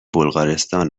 بلغارستان